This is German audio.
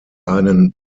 einen